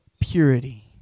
purity